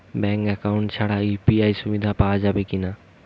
Bank account ছাড়া UPI সুবিধা পাওয়া যাবে কি না?